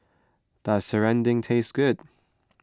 does Serunding taste good